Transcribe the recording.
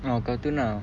ah cartoon lah